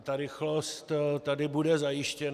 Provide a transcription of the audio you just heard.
Ta rychlost tady bude zajištěna.